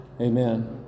Amen